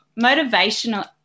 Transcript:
motivational